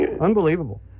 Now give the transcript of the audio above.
unbelievable